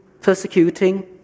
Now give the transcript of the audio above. persecuting